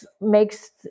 makes